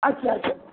अच्छा अच्छा